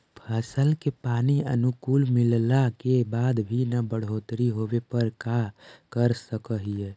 फसल के पानी अनुकुल मिलला के बाद भी न बढ़ोतरी होवे पर का कर सक हिय?